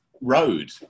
road